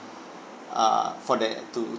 uh for that to